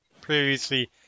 previously